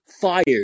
fired